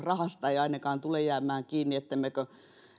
rahasta tule jäämään kiinni ettemmekö